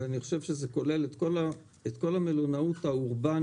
ואני חושב שזה כולל את כל המלונאות האורבנית